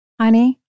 honey